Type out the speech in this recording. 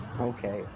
Okay